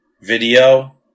video